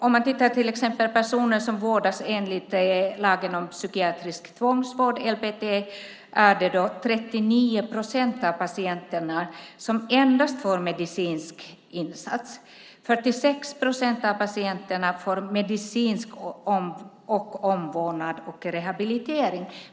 Om man till exempel tittar på personer som vårdas enligt lagen om psykiatrisk tvångsvård, LPT, är det 39 procent av patienterna som får endast medicinsk insats. 46 procent av patienterna får medicinsk insats, omvårdnad och rehabilitering.